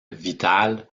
vital